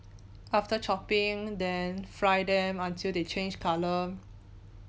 after chopping then fry them until they change colour